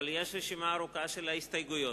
אבל יש רשימה ארוכה של ההסתייגויות,